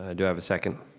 ah do have a second?